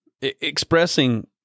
expressing